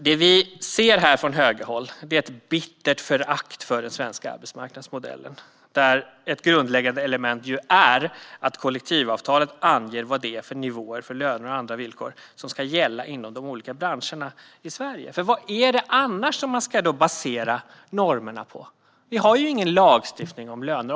Det vi ser från högerhåll är ett bittert förakt för den svenska arbetsmarknadsmodellen, där ett grundläggande element ju är att kollektivavtalet anger vad det är för nivåer för löner och andra villkor som ska gälla inom olika branscher i Sverige. För vad ska man annars basera normerna på? Vi har ju ingen lagstiftning om löner.